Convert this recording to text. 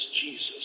Jesus